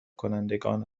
کنندگان